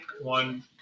one